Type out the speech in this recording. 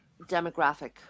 demographic